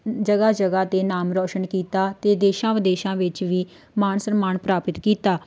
ਜਗ੍ਹਾ ਜਗ੍ਹਾ 'ਤੇ ਨਾਮ ਰੌਸ਼ਨ ਕੀਤਾ ਅਤੇ ਦੇਸ਼ਾਂ ਵਿਦੇਸ਼ਾਂ ਵਿੱਚ ਵੀ ਮਾਣ ਸਨਮਾਨ ਪ੍ਰਾਪਤ ਕੀਤਾ